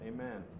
Amen